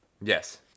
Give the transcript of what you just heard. yes